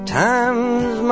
times